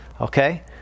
okay